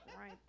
Right